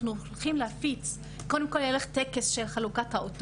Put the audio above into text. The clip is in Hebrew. אנחנו הולכים להפיץ קודם כל יהיה לך טקס של חלוקת האותות,